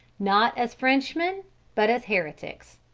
not as frenchmen but as heretics.